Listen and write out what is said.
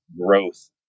growth